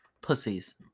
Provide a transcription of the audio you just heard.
pussies